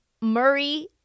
Murray